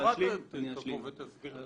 אולי השרה תבוא ותסביר את